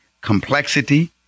complexity